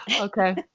Okay